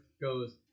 goes